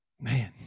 Man